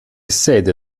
sede